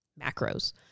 macros